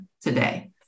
today